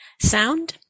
sound